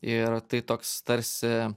ir tai toks tarsi